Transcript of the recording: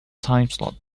timeslot